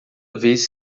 vez